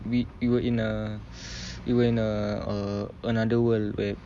we we were in a we were in a err another world where